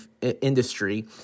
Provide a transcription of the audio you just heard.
industry